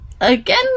Again